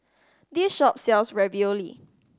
this shop sells Ravioli